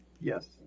Yes